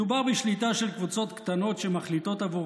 מדובר בשליטה של קבוצת קטנות שמחליטות עבור